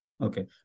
Okay